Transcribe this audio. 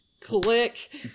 Click